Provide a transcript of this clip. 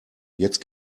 jetzt